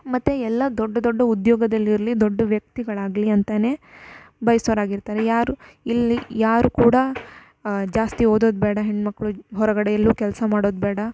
ಮತ್ತು ಎಲ್ಲ ದೊಡ್ಡ ದೊಡ್ಡ ಉದ್ಯೋಗದಲ್ಲಿರಲಿ ದೊಡ್ಡ ವ್ಯಕ್ತಿಗಳಾಗಲಿ ಅಂತ ಬಯಸೋರಾಗಿರ್ತಾರೆ ಯಾರು ಇಲ್ಲಿ ಯಾರು ಕೂಡ ಜಾಸ್ತಿ ಓದೋದು ಬೇಡ ಹೆಣ್ಣುಮಕ್ಳು ಹೊರಗಡೆ ಎಲ್ಲೂ ಕೆಲಸ ಮಾಡೋದು ಬೇಡ